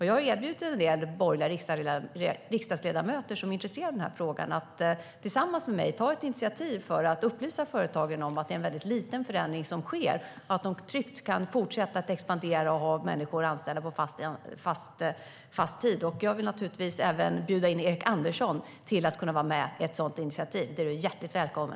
Jag har erbjudit en del borgerliga riksdagsledamöter som är intresserade av frågan att tillsammans med mig ta ett initiativ för att upplysa företagen om att det är en ytterst liten förändring som sker och att de tryggt kan fortsätta att expandera och ha människor fast anställda. Jag bjuder givetvis även in Erik Andersson att vara med. Du är hjärtligt välkommen.